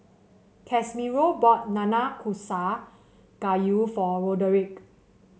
Casimiro bought Nanakusa Gayu for Roderick